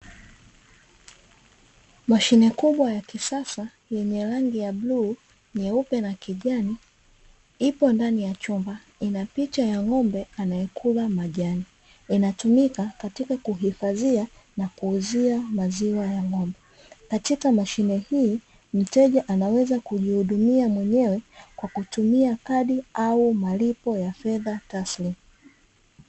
Mashine kubwa ya kisasa yenye rangi ya bluu nyeupe na kijani ipo ndani ya chumba ina picha ya ng'ombe anayekula majani yanatumika katika kuhifadhia na kuuzia maziwa ya ng'ombe katika mashine hii mteja anaweza kujihudumia mwenyewe kwa kutumia kadi au malipo ya fedha taslim.